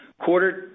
Quarter